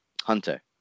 hunter